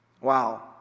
Wow